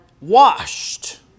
washed